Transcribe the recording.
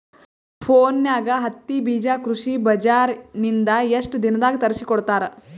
ಫೋನ್ಯಾಗ ಹತ್ತಿ ಬೀಜಾ ಕೃಷಿ ಬಜಾರ ನಿಂದ ಎಷ್ಟ ದಿನದಾಗ ತರಸಿಕೋಡತಾರ?